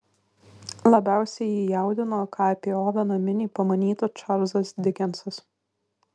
labiausiai jį jaudino ką apie oveną minį pamanytų čarlzas dikensas